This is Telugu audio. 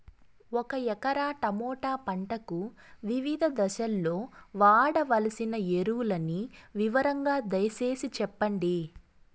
ఒక ఎకరా టమోటా పంటకు వివిధ దశల్లో వాడవలసిన ఎరువులని వివరంగా దయ సేసి చెప్పండి?